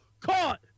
caught